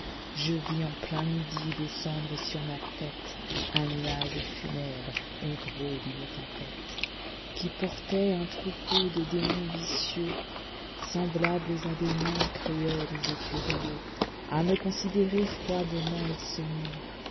je vis en plein midi descendre sur ma tête un nuage funèbre et gros d'une tempête qui portait un troupeau de démons vicieux semblables à des nains cruels et curieux a me considérer froidement ils se mirent